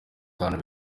tanu